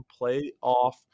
playoff